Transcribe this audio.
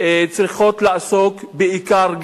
צריכות לעסוק בעיקר,